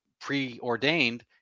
preordained